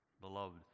beloved